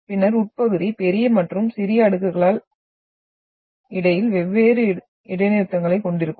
பின்னர் உட்பகுதி பெரிய மற்றும் சிறிய அடுக்குகளுக்கு இடையில் வெவ்வேறு இடைநிறுத்தங்களைக் கொண்டுஇருக்கும்